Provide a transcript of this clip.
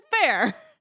fair